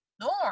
norm